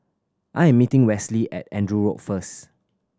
I'm meeting Westley at Andrew Road first